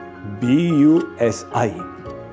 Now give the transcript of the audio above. B-U-S-I